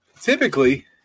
typically